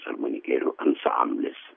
armonikėlių ansamblis